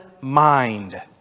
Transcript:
mind